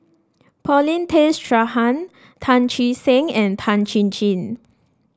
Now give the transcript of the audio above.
Paulin Tay Straughan Chee Seng and Tan Chin Chin